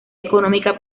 económica